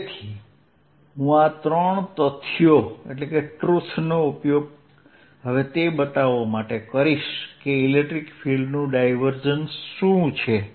તેથી હું આ ત્રણ તથ્યોનો ઉપયોગ હવે તે બતાવવા માટે કરીશ કે ઇલેક્ટ્રિક ફિલ્ડનું ડાયવર્જન્સ શું છે